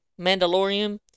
Mandalorian